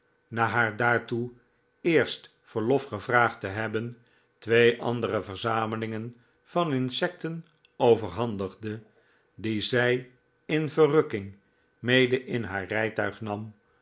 na haar daartoe eerst verlof gevraagd te hebben twee andere verzamelingen van insecten overhandigde die zij in verrukking mede in haar rijtuig nam